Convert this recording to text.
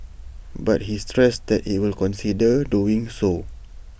but he stressed that IT will consider doing so